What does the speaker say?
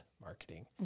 marketing